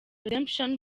redemption